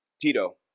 tito